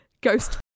ghost